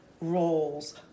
roles